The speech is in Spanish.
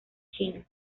china